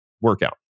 workout